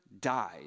died